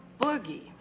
Boogie